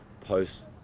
post